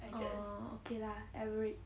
orh okay lah average